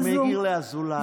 אני מעיר לאזולאי,